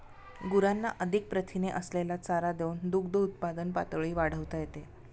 गुरांना अधिक प्रथिने असलेला चारा देऊन दुग्धउत्पादन पातळी वाढवता येते